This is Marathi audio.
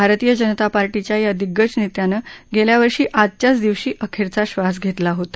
भारतीय जनता पार्टींच्या या दिग्गज नेत्यानं गेल्या वर्षी आजच्याच दिवशी अखेरच्या श्वास घेतला होता